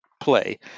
play